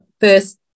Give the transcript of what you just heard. first